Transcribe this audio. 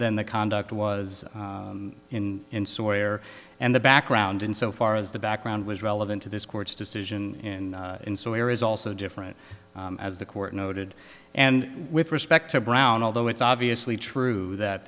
than the conduct was in in somewhere and the background in so far as the background was relevant to this court's decision in in so here is also different as the court noted and with respect to brown although it's obviously true that